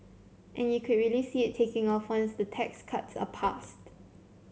and you could really see it taking off once the tax cuts are passed